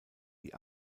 die